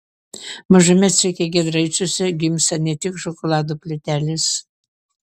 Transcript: mažame ceche giedraičiuose gimsta ne tik šokolado plytelės